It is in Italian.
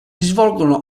svolgono